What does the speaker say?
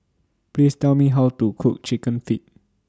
Please Tell Me How to Cook Chicken Feet